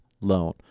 loan